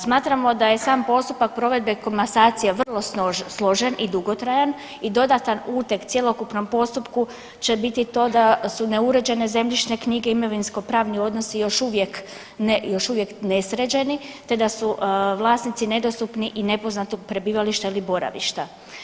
Smatramo da je sam postupak provedbe komasacije vrlo složen i dugotrajan i dodatan uteg cjelokupnom postupku će biti to da su neuređene zemljišne knjige i imovinsko pravni odnosi još uvijek, još uvijek nesređeni te da su vlasnici nedostupni i nepoznatog prebivališta ili boravišta.